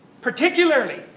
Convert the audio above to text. particularly